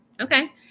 Okay